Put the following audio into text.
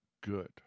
good